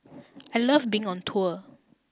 I love being on tour